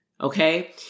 okay